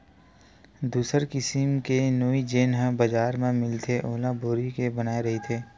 दूसर किसिम के नोई जेन ह बजार म मिलथे ओला बोरी के बनाये रहिथे